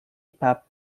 pape